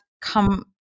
come